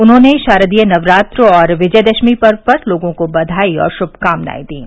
उन्होंने शारदीय नवरात्र और विजयदशमी पर्व पर लोगों को बघाई और शुभकामनाएं दीं